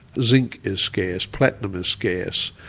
zinc is scarce. platinum is scarce.